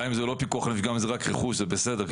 גם אם זה לא פיקוח נפש אלא זה רק רכוש וזה בסדר,